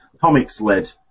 comics-led